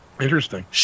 interesting